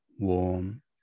Warm